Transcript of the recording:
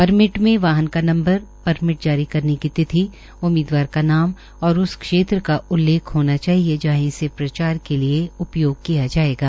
permit में वाहन का नम्बर परमिट जारी करने की तिथि उम्मीदवार का नाम और उस क्षेत्र का उल्लेख होना चाहिए जहां इसे प्रचार के लिए उपयोग किया जाएगा